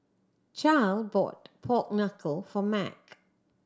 Charle bought pork knuckle for Mack